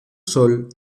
sol